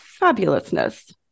fabulousness